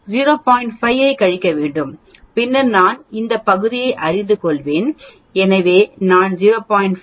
5 ஐக் கழிக்க வேண்டும் பின்னர் நான் இந்த பகுதியை அறிந்து கொள்வேன் எனவே நான் 0